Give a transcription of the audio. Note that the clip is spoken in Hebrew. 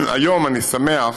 שהיום אני שמח